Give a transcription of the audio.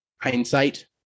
hindsight